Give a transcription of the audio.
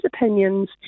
opinions